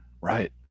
Right